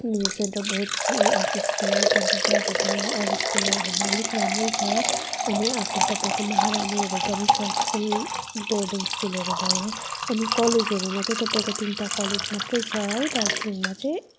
अनि यो Saint Robert's RKSP Saint ट्रिजाहरूको पढाइ अरू स्कुलहरू भन्दा अलिक राम्रै छ अनि अर्को तपाईँको महारानीहरू पनि छ स्कुल बोर्डिङ स्कुलहरू भयो अनि कलेजहरूमा चाहिँ तपाईँको तिनवटा कलेज मात्रै छ है दार्जिलिङमा चाहिँ